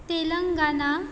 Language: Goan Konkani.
तेलंगाना